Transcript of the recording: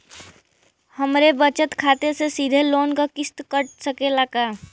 हमरे बचत खाते से सीधे लोन क किस्त कट सकेला का?